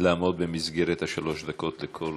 לעמוד במסגרת של שלוש דקות לכל